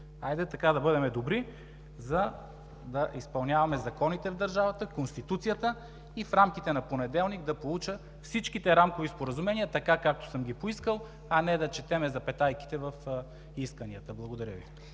Хайде да бъдем така добри, да изпълняваме законите в държавата, Конституцията и в рамките на понеделник да получа всичките рамкови споразумения така, както съм ги поискал, а не да четем запетайките в исканията! Благодаря Ви.